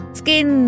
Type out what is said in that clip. skin